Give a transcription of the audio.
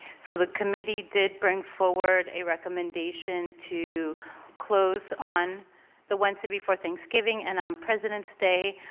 so the committee did bring forward a recommendation to close on the wednesday before thanksgiving and on president's day.